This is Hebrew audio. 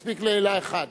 מספיק "לעילא" אחד,